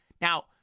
Now